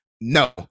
No